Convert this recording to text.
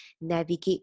navigate